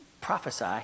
prophesy